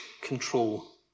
Control